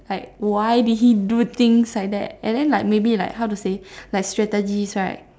like why did he do things like that and then like maybe how to say like strategies right